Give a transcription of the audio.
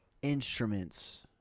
Instruments